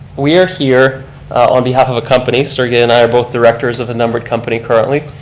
we are here on behalf of a company, sergey and i are both directors of a numbered company currently.